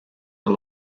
are